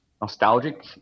nostalgic